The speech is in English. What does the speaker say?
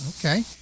okay